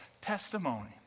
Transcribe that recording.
testimony